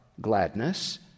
gladness